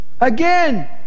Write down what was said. Again